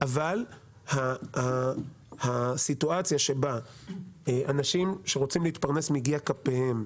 אבל הסיטואציה שבה אנשים שרוצים להתפרנס מיגיע כפיהם,